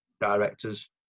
directors